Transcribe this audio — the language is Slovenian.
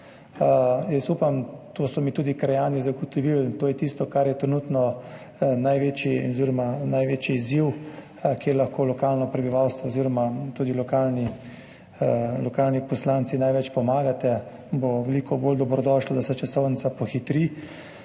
Jaz upam, to so mi tudi krajani zagotovili, to je tisto, kar je trenutno največji izziv, kjer lahko lokalno prebivalstvo oziroma tudi lokalniposlanci največ pomagate, bo veliko bolj dobrodošlo, da se časovnica pohitri.